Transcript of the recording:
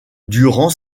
durant